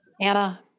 Anna